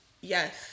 Yes